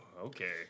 okay